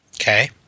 okay